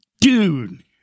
dude